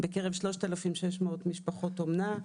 בקרב 3,600 משפחות אומנה.